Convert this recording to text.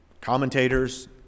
commentators